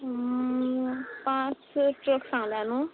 पांच ट्रक सांगल्या न्हू